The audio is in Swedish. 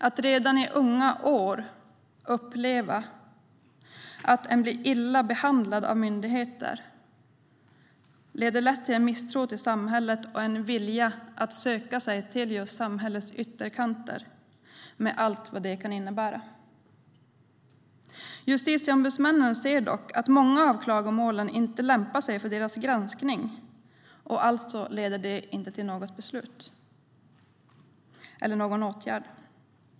Att redan i unga år uppleva att en blir illa behandlad av myndigheter leder lätt till en misstro till samhället och en vilja att söka sig till samhällets ytterkanter, med allt vad det kan innebära. Justitieombudsmännen ser dock att många av klagomålen inte lämpar sig för deras granskning. Alltså leder de inte till någon åtgärd.